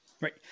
Right